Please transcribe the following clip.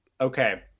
okay